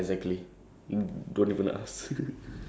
ya there's this one guy riding a bike